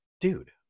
dude